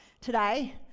today